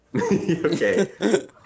Okay